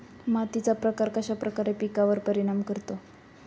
मातीचा प्रकार कश्याप्रकारे पिकांवर परिणाम करतो?